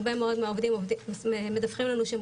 הרבה מאוד מהעובדים מדווחים לנו שהם